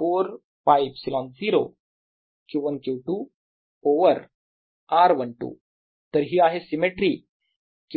4ㄫε0 Q1 Q2 over r 12 तर ही आहे सिमेट्री Q1 आणि Q2 मधील